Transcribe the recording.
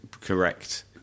correct